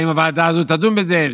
האם הוועדה הזאת תדון בזה,